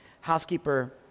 Housekeeper